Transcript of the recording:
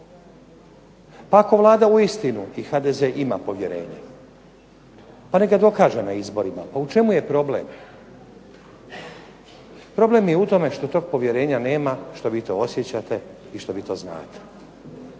Pa ako Vlada uistinu i HDZ ima povjerenje, pa neka dokaže na izborima. Pa u čemu je problem? Problem je u tome što tog povjerenja nema, što vi to osjećate i što vi to znate.